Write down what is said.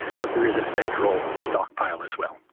but there is a federal stockpile as well.